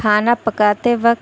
کھانا پکاتے وقت